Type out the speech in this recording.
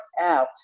out